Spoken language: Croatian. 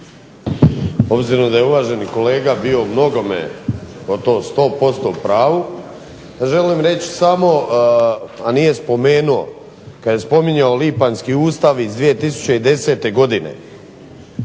Obzirom da je uvaženi kolega bio umnogome o tom sto posto u pravu želim reći samo, a nije spomenuo kad je spominjao lipanjski Ustav iz 2010. godine,